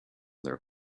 their